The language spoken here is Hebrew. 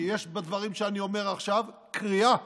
כי יש בדברים שאני אומר עכשיו קריאה